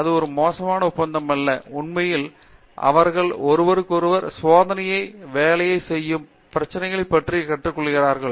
இது ஒரு மோசமான ஒப்பந்தம் அல்ல உண்மையில் அவர்கள் ஒருவருக்கொருவர் சோதனையை வேலை செய்யும் பிரச்சினைகள் பற்றி கற்றுக்கொள்கிறார்கள்